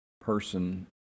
person